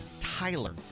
Tyler